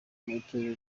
itorero